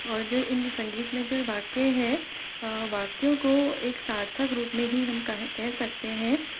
और जो इन संगीत में जो वाक्य है वाक्यों को एक सार्थक रूप में ही हम कह कह सकते हैं